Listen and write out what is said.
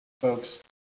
folks